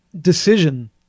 decision